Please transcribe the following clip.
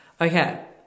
Okay